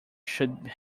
should